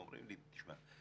הם אומרים לי: תשמע,